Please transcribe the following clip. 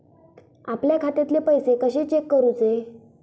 आपल्या खात्यातले पैसे कशे चेक करुचे?